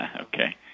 Okay